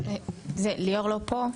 ליאור לא פה,